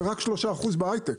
ורק 3% בהיי-טק.